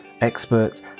experts